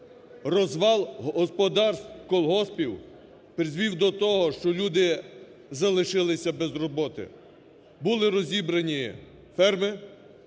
розвал господарств, колгоспів призвів до того, що люди залишилися без роботи. Були розібрані ферми,